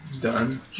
Done